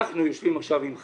אנחנו יושבים עכשיו עם חנ"י,